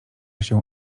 się